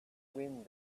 wind